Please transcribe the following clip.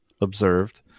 observed